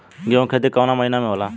गेहूँ के खेती कवना महीना में होला?